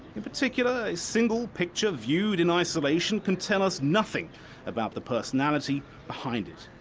in particular, a single picture viewed in isolation can tell us nothing about the personality behind it.